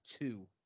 two